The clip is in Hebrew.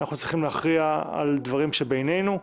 אנחנו צריכים להכריע על דברים שבינינו,